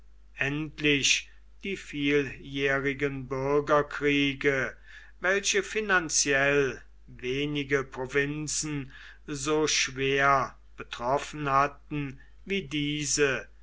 endlich die vieljährigen bürgerkriege welche finanziell wenige provinzen so schwer betroffen hatten wie diese